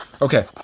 Okay